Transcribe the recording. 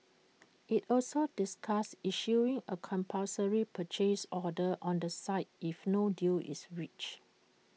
IT also discussed issuing A compulsory purchase order on the site if no deal is reached